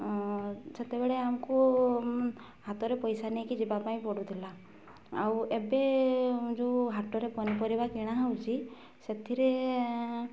ସେତେବେଳେ ଆମକୁ ହାତରେ ପଇସା ନେଇକି ଯିବା ପାଇଁ ପଡ଼ୁଥିଲା ଆଉ ଏବେ ଯେଉଁ ହାଟରେ ପନିପରିବା କିଣା ହେଉଛି ସେଥିରେ